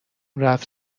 رفت